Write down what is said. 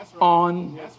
on